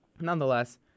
nonetheless